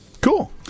Cool